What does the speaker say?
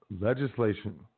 legislation